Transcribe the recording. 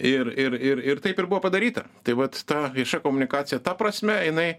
ir ir ir ir taip ir buvo padaryta tai vat ta vieša komunikacija ta prasme jinai